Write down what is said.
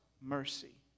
mercy